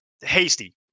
Hasty